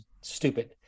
stupid